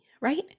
right